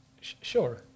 Sure